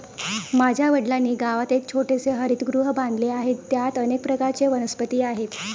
माझ्या वडिलांनी गावात एक छोटेसे हरितगृह बांधले आहे, त्यात अनेक प्रकारच्या वनस्पती आहेत